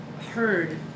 heard